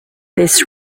this